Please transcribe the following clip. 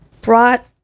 brought